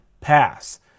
Pass